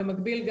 במקביל,